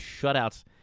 shutouts